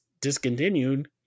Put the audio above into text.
discontinued